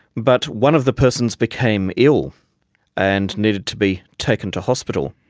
but one of the persons became ill and needed to be taken to hospital,